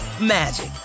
magic